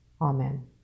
Amen